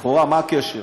לכאורה, מה הקשר?